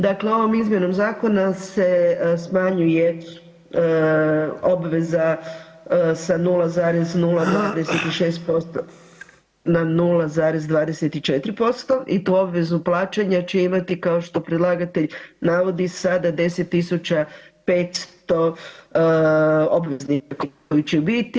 Dakle, ovom izmjenom zakona se smanjuje obveza sa nula zarez 036% na 0,24% i tu obvezu plaćanja će imati kao što predlagatelj navodi sada 10500 obveznika koji će biti.